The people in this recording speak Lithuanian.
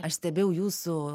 aš stebėjau jūsų